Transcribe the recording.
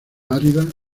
áridas